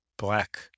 Black